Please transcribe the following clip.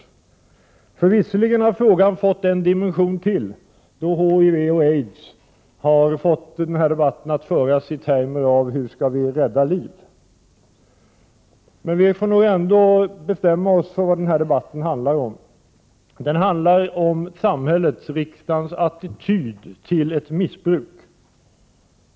Frågan har visserligen fått ytterligare en dimension, eftersom HIV och aids har fått debatten att föras i termer om hur vi skall rädda liv. Vi får nog ändå bestämma oss för vad denna debatt handlar om. Den handlar om samhällets, riksdagens, attityd till ett missbruk.